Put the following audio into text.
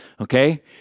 Okay